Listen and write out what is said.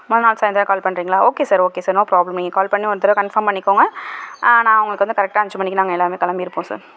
மறுநாள் சாயந்தரம் கால் பண்ணுறிங்களா okay sir okay sir no problem நீங்கள் கால் பண்ணி ஒரு தடவை கன்ஃபார்ம் பண்ணிக்கோங்க நான் உங்களுக்கு வந்து கரெட்டாக அஞ்சு மணிக்கு நாங்கள் எல்லாருமே கிளம்பிருப்போம் சார்